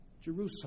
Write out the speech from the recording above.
Jerusalem